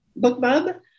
BookBub